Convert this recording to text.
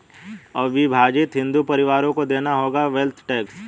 अविभाजित हिंदू परिवारों को देना होगा वेल्थ टैक्स